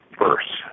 verse